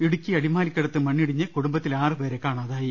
ഇടുക്കി അടിമാലിക്കടുത്ത് മണ്ണിടി ഞ്ഞ് കുടുംബത്തിലെ ആറുപേരെ കാണാതായി